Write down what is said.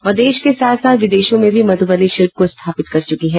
वह देश के साथ साथ विदेशों में भी मध्रबनी शिल्प को स्थापित कर चुकी है